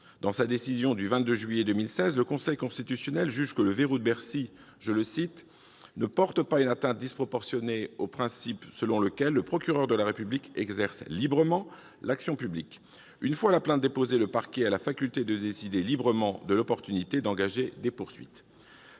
Dans sa décision du 22 juillet 2016, le Conseil constitutionnel estime que ce mécanisme ne porte pas « une atteinte disproportionnée au principe selon lequel le procureur de la République exerce librement [...] l'action publique ». Une fois la plainte déposée, le parquet a « la faculté de décider librement de l'opportunité d'engager des poursuites. »